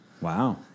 Wow